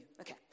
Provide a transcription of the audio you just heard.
Okay